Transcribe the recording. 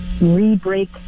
re-break